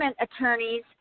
attorneys